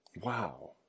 Wow